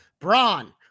Braun